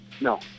No